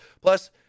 Plus